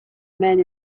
men